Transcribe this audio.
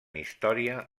història